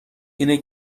اینه